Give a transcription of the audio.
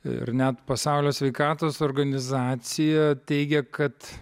ir net pasaulio sveikatos organizacija teigia kad